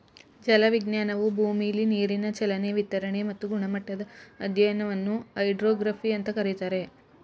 ಜಲವಿಜ್ಞಾನವು ಭೂಮಿಲಿ ನೀರಿನ ಚಲನೆ ವಿತರಣೆ ಮತ್ತು ಗುಣಮಟ್ಟದ ಅಧ್ಯಯನವನ್ನು ಹೈಡ್ರೋಗ್ರಫಿ ಅಂತ ಕರೀತಾರೆ